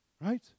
right